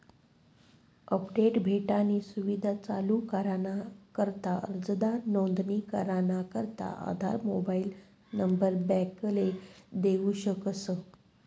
update भेटानी सुविधा चालू कराना करता अर्जदार नोंदणी कराना करता आधार मोबाईल नंबर बॅकले देऊ शकस